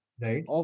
Right